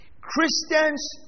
Christians